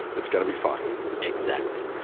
it's gonna be fine exactly.